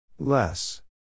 Less